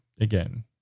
again